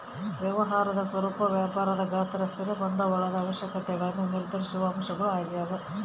ವ್ಯವಹಾರದ ಸ್ವರೂಪ ವ್ಯಾಪಾರದ ಗಾತ್ರ ಸ್ಥಿರ ಬಂಡವಾಳದ ಅವಶ್ಯಕತೆಗುಳ್ನ ನಿರ್ಧರಿಸುವ ಅಂಶಗಳು ಆಗ್ಯವ